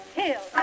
hill